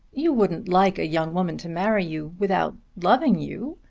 you wouldn't like a young woman to marry you without loving you.